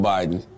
Biden